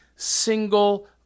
Single